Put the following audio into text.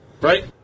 Right